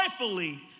joyfully